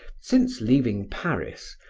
since leaving paris,